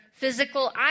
Physical